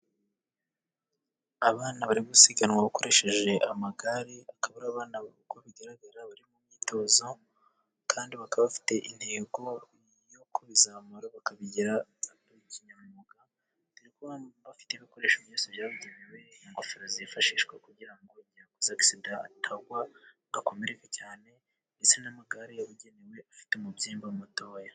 Abana bari gusiganwa bakoresheje amagare, aho abana uko bigaragara bari mu myitozo kandi bakaba bafite intego yo kubizamura bakabigira kinyamwuga, bafite ibikoresho byose byemewe, ingofero zifashishwa kugira ngo iyo umuntu akoze agisida atagwa agakomereka cyane, ndetse n'amagare yabugenewe afite umubyimba mutoya.